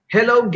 Hello